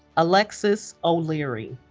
alexis o'leary